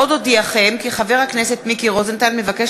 עוד אודיעכם כי חבר הכנסת מיקי רוזנטל מבקש